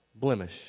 blemish